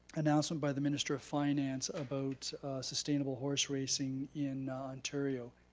announcement by the minister of finance about sustainable horse racing in ontario.